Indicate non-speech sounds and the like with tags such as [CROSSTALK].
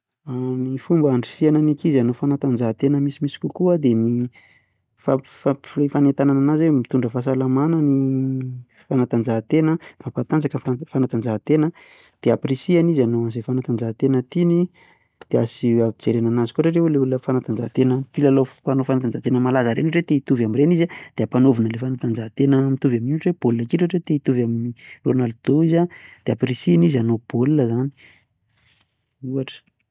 [HESITATION] Ny fomba handrisihana ny ankizy hanao fanatanjahantena misimisy kokoa dia ny fampi- fanentanana an'azy hoe mitondra fahasalamana ny fanatanjahantena mampatanjaka ny fanatanjahantena dia ampirisihana izy hanao an'izay fanatanjahantena tiany, dia asi- ampijerena an'azy koa ilay olona fanatanjahantena, mpilalao mpanao fanatanjahantena malaza ireny, ohatra hoe te hitovy amin'ireny izy an, dia ampanaovina ilay fanatanjahantena mitovy amin'iny, ohatra hoe baolina kitra ohatra hoe te-hitovy amin'i Ronaldo izy an dia ampirisihana izy hanao baolina izany, ohatra.